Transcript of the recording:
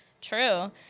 True